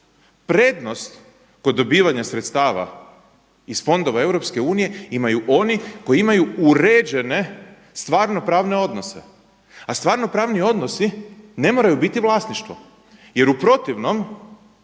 Prednost kod dobivanja sredstava iz fondova EU imaju oni koji imaju uređene stvarno pravne odnose. A stvarno pravne odnose ne moraju biti vlasništvo jer u protivnom